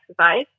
exercise